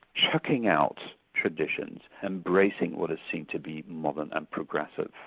chucking out traditions, embracing what is seen to be modern and progressive.